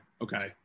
Okay